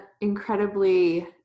incredibly